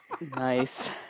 Nice